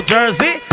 Jersey